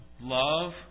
love